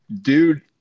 dude